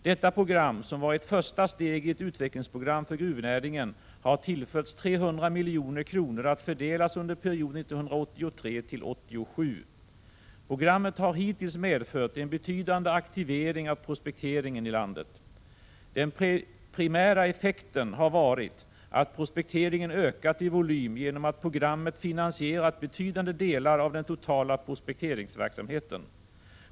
Detta program, som var ett första steg i ett utvecklingsprogram för gruvnäringen, har tillförts 300 milj.kr. att fördelas under perioden 1983-1987. Programmet har hittills medfört en betydande aktivering av prospekteringen i landet. Den primära effekten har varit att prospekteringen ökat i volym genom att programmet finansierat betydande delar av den totala prospekteringsverksamheten.